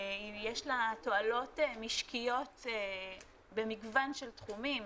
יש לה תועלות משקיות במגוון של תחומים,